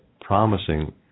promising